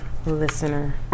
Listener